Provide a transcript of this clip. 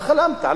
מה חלמת?